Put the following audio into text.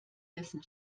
dessen